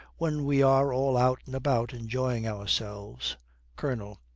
when we are all out and about enjoying ourselves colonel.